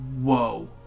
whoa